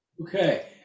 Okay